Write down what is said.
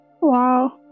Wow